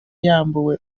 yambuwe